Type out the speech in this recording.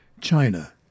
china